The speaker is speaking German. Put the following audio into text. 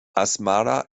asmara